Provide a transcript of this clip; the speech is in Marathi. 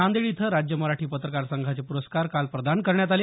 नांदेड इथं राज्य मराठी पत्रकार संघाचे पुरस्कार काल प्रदान करण्यात आले